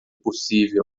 possível